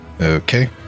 Okay